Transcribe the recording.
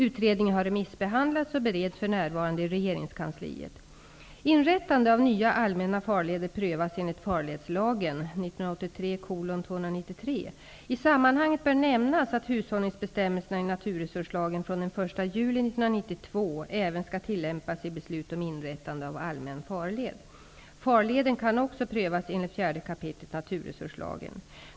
Utredningen har remissbehandlats och bereds för närvarande i regeringskansliet. Inrättande av nya allmänna farleder prövas enligt farledslagen . I sammanhanget bör nämnas att hushållningsbestämmelserna i naturresurslagen från den 1 juli 1992 även skall tillämpas i beslut om inrättande av allmän farled. Farleden kan också prövas enligt 4 kap. naturresurslagen.